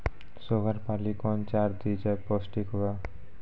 Sugar पाली कौन चार दिय जब पोस्टिक हुआ?